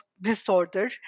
disorder